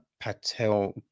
patel